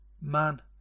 Man